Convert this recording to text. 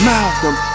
Malcolm